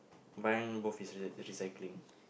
mine both is re~ recycling